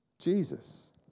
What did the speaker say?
Jesus